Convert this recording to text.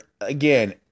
again